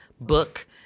book